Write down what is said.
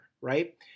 right